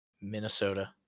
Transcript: minnesota